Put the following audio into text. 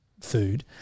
food